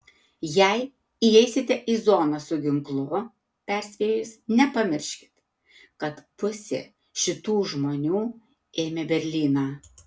jei įeisite į zoną su ginklu perspėjo jis nepamirškit kad pusė šitų žmonių ėmė berlyną